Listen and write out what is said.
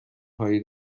هایی